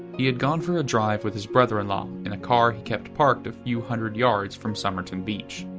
he had gone for a drive with his brother-in-law in car he kept parked a few hundred yards from somerton beach.